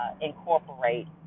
incorporate